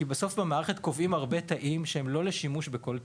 כי בסוף במערכת קובעים הרבה תאים שהם לא לשימוש בכל תיק.